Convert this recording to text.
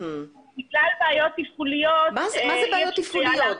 בגלל בעיות תפעוליות --- מה זה בעיות תפעוליות?